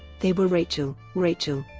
they were rachel, rachel,